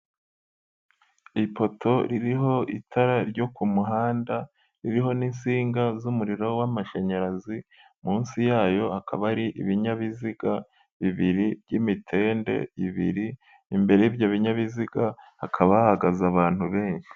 Ipoto ririho itara ryo ku muhanda ririho n'insinga z'umuriro w'amashanyarazi, munsi y'ayo hakaba ari ibinyabiziga bibiri by'imitende ibiri, imbere y'ibyo binyabiziga hakaba hahagaze abantu benshi.